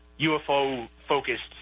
UFO-focused